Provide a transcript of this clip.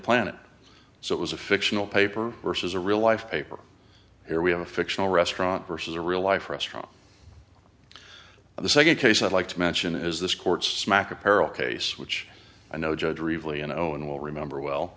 planet so it was a fictional paper versus a real life paper here we have a fictional restaurant versus a real life restaurant the second case i'd like to mention is this court smack apparel case which i know judge are evil you know and will remember